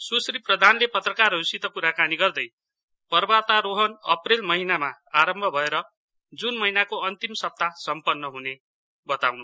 सुश्री प्रधानले पत्रकारहरूसित कुराकानी गर्दै पर्वतारोहण अप्रेल महिनामा आरम्भ भएर जून महिनाको अन्तिम सप्ताह सम्पन्न हुनेछ